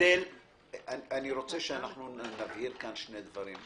אני רוצה שנבהיר כאן שני דברים.